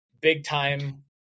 big-time